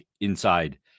inside